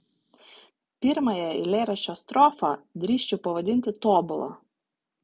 pirmąją eilėraščio strofą drįsčiau pavadinti tobula